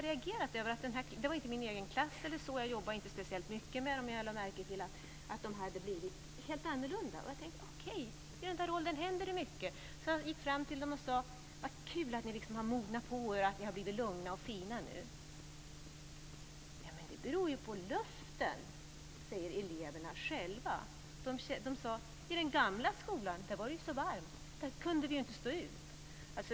Det här var inte min egen klass, och jag jobbade inte speciellt mycket med den, men efter två veckor lade jag över märke till att barnen hade blivit helt annorlunda. Jag tänkte: Okej, i den åldern händer det mycket, och jag gick fram till dem och sade: Så kul att ni nu har mognat till och blivit lugna och fina. - Men det beror ju på luften, sade eleverna själva. I den gamla skolan var det ju så varmt att vi inte kunde stå ut.